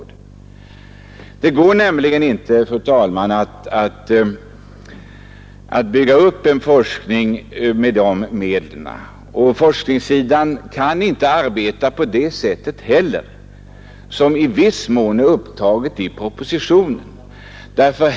Det går inte, fru talman, att bygga upp en forskning enbart med hjälp av detta belopp, och forskningssidan kan inte heller arbeta på det sätt som i viss mån angivits i propositionen.